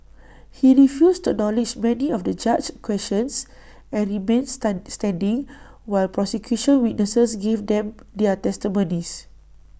he refused to acknowledge many of the judge's questions and remained standing while prosecution witnesses gave them their testimonies